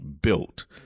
built